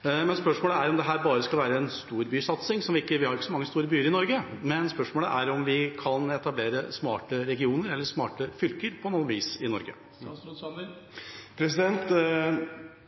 Spørsmålet er om dette bare skal være en storbysatsing – vi har ikke så mange store byer i Norge – eller om vi kan etablere smarte regioner eller smarte fylker på noe vis i Norge.